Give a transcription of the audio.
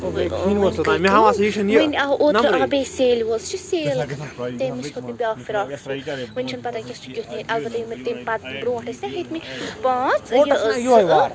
ٲں وۄنۍ گٔے کٲم وۄنۍ آو اوترٕ آو بیٚیہِ سیلہِ وول سُہ چھُ سیل بیٛاکھ فراق سوٗٹ ونہِ چھَنہٕ پَتہ کیٚنٛہہ سُہ کیٛتھ نیرِ اَلبتہ یِم مےٚ تَمہِ پَتہٕ برٛونٛٹھ ٲسۍ نا ہیٚتمِتۍ پانٛژھ ٲں یہِ